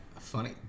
Funny